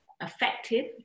effective